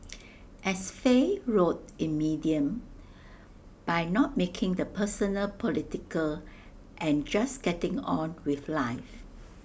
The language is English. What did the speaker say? as Faye wrote in medium by not making the personal political and just getting on with life